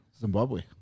Zimbabwe